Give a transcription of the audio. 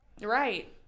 Right